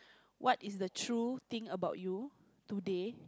what is the true thing about you today